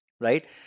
Right